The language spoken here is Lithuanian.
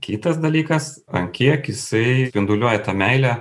kitas dalykas ant kiek jisai spinduliuoja tą meilę